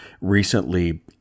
recently